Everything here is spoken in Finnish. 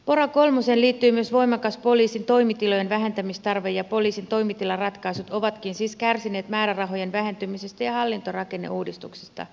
pora kolmoseen liittyy myös voimakas poliisin toimitilojen vähentämistarve ja poliisin toimitilaratkaisut ovatkin siis kärsineet määrärahojen vähentymisestä ja hal lintorakenneuudistuksesta